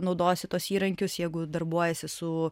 naudosi tuos įrankius jeigu darbuojiesi su